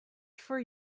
for